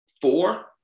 four